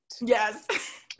Yes